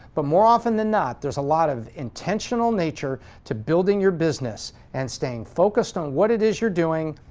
but more often than not, there's a lot of intentional nature to building your business, and staying focused on what it is you're doing,